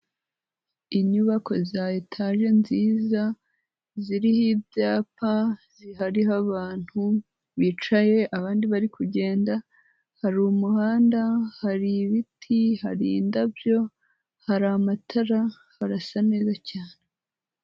Inyubako za etaje nziza ziriho ibyapa zihariho abantu bicaye abandi bari kugenda hari umuhanda, hari ibiti, hari indabyo, hari amatara harasa neza cyane.